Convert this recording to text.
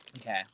Okay